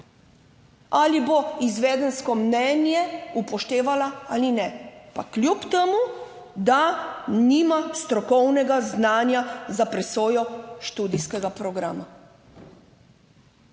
ali bo izvedensko mnenje upoštevala ali ne, pa kljub temu, da nima strokovnega znanja za presojo študijskega programa.